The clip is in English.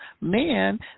Man